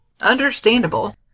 understandable